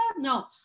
No